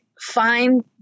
find